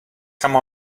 come